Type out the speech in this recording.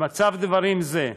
במצב דברים זה,